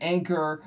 Anchor